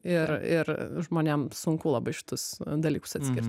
ir ir žmonėm sunku labai šitus dalykus atskirt